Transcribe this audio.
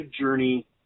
Journey